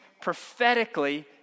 prophetically